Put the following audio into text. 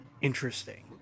interesting